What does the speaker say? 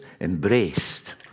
embraced